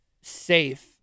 safe